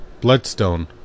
Bloodstone